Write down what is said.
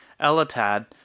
Elatad